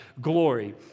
glory